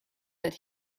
that